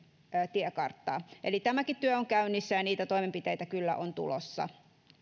tiekarttaa eli tämäkin työ on käynnissä ja toimenpiteitä kyllä on tulossa